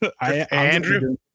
Andrew